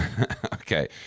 Okay